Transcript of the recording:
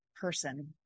person